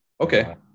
okay